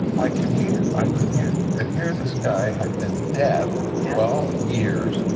i can hear. i can hear. and here this guy had been deaf for twelve years.